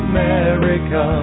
America